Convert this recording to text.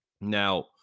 Now